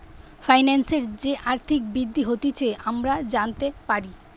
ফাইন্যান্সের যে আর্থিক বৃদ্ধি হতিছে আমরা জানতে পারি